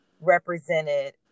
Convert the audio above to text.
represented